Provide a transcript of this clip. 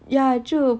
ya 就